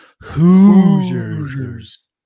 Hoosiers